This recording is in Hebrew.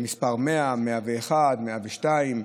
100, 101, 102,